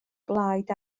blaid